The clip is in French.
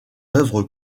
œuvre